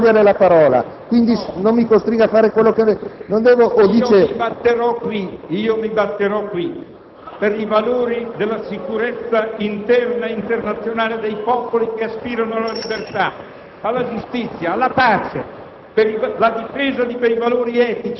Senatore Selva, non voglio toglierle la parola; quindi, non mi costringa a farlo. SELVA *(AN)*. Io mi batterò qui per i valori della sicurezza interna e internazionale dei popoli che aspirano alla libertà, alla giustizia, alla pace,